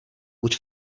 buď